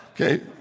Okay